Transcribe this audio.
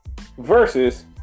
versus